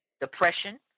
depression